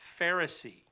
Pharisee